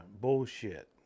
Bullshit